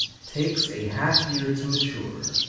takes a half year to mature.